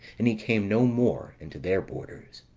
and he came no more into their borders.